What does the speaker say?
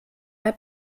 der